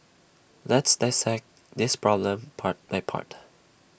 let's dissect this problem part by part